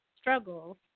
struggles